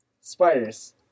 Spiders